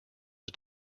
was